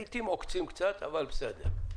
לעיתים אנחנו עוקצים קצת, אבל זה בסדר.